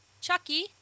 chucky